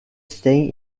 staying